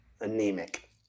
anemic